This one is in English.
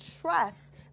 trust